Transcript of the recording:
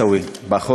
עיסאווי, בחוק,